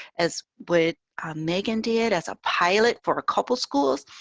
as with megan did as a pilot for a couple schools.